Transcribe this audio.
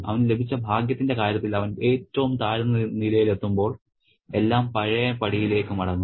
അവന് ലഭിച്ച ഭാഗ്യത്തിന്റെ കാര്യത്തിൽ അവൻ ഏറ്റവും താഴ്ന്ന നിലയിലെത്തുമ്പോൾ എല്ലാം പഴയ പടിലേക്ക് മടങ്ങുന്നു